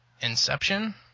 Inception